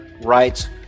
Rights